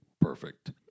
perfect